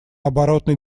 оборотной